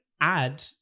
add